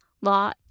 law